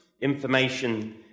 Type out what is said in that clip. Information